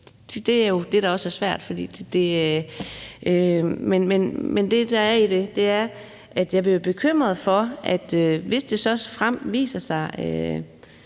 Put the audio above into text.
Det er jo det, der også er svært. Men det, der er i det, er, at jeg jo bliver bekymret, hvis det så viser sig,